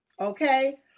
okay